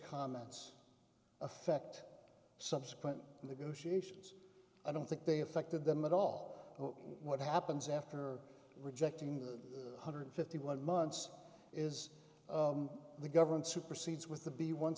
comments affect subsequent negotiations i don't think they affected them at all what happens after rejecting the hundred fifty one months is the government supersedes with the b one